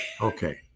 Okay